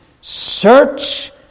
Search